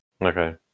Okay